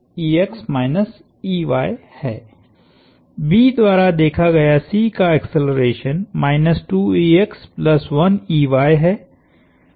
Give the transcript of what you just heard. B द्वारा देखा गया C का एक्सेलरेशन है